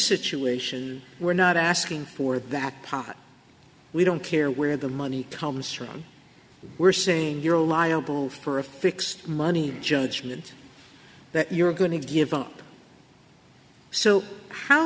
situation we're not asking for that we don't care where the money comes from we're saying you're liable for a fixed money judgment that you're going to give up so how